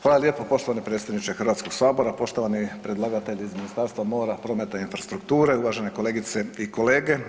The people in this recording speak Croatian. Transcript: Hvala lijepa poštovani predsjedniče Hrvatskog sabora, poštovani predlagatelji iz Ministarstva mora, prometa i infrastrukture, uvažene kolegice i kolege.